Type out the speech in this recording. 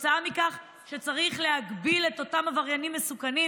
שצריך להגביל את אותם עבריינים מסוכנים